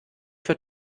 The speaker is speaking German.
für